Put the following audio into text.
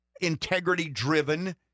integrity-driven